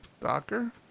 Docker